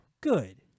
Good